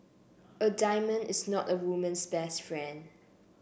a diamond is not a woman's best friend